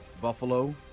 Buffalo